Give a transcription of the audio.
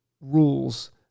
rules